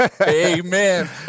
Amen